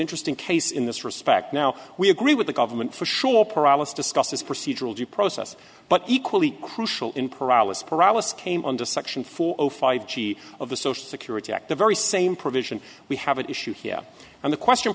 interesting case in this respect now we agree with the government for sure paralysis discusses procedural due process but equally crucial in paralysis paralysis came under section four zero five chief of the social security act the very same provision we have an issue here and the question